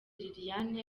liliane